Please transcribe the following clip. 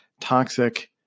toxic